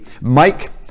mike